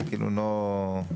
כאילו לא אפשרי.